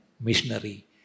missionary